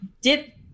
dip